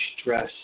stress